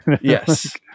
Yes